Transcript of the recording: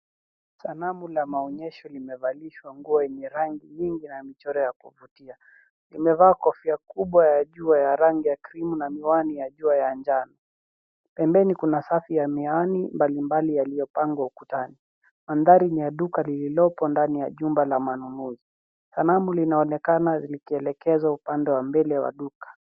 Sanamu la maonyesho limevalishwa nguo yenye rangi nyingi na michoro ya kuvutia. Limevaa kofia kubwa ya jua ya rangi ya krimu na miwani ya jua ya njano. Pembeni kuna safu ya miwani mbalimbali yaliyopangwa ukutani. Mandhari ni ya duka lililopo ndani ya jumba la manunuzi. Sanamu linaonekana likielekezwa upande wa mbele wa duka.